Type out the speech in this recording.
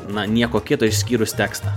na nieko kito išskyrus tekstą